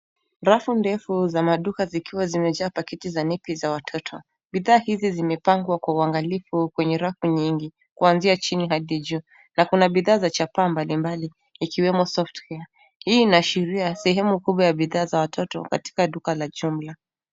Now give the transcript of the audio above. Rafu ndefu za maduka zikiwa zimejaa pakiti za nepi za watoto. Bidhaa hizi zimepangwa kwa uangalifu kwenye rafu nyingi; kuanzia chini hadi juu. Na kuna bidhaa za chapa mbalimbali, ikiwemo Softcare. Hii inaashiria sehemu kubwa ya bidhaa za watoto katika duka la jumla.